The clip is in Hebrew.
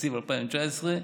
תקציב 2019,